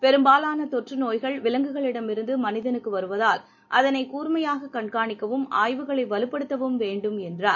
பெரும்பாலானதொற்றுநோய்கள் விலங்குகளிலிருந்துமளிதனுக்குவருவதால் அதனைக் கூர்மையாககண்காணிக்கவும் ஆய்வுகளைவலுப்படுத்தவும் வேண்டும் என்றார்